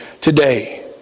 today